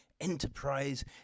enterprise